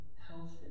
health